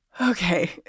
Okay